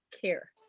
care